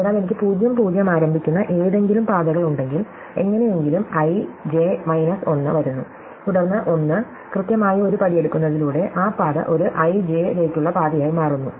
അതിനാൽ എനിക്ക് 00 ആരംഭിക്കുന്ന ഏതെങ്കിലും പാതകളുണ്ടെങ്കിൽ എങ്ങനെയെങ്കിലും i j 1 വരുന്നു തുടർന്ന് ഒന്ന് കൃത്യമായി ഒരു പടി എടുക്കുന്നതിലൂടെ ആ പാത ഒരു i j ലേക്കുള്ള പാതയായി മാറുന്നു